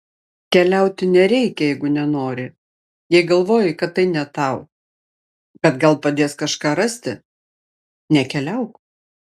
keliauti nereikia jeigu nenori jei galvoji kad tai ne tau bet gal padės kažką rasti nekeliauk